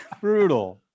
Brutal